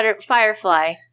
Firefly